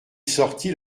sortit